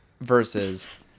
versus